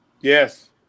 Yes